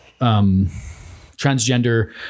transgender